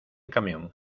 camión